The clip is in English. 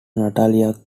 natalia